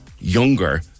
younger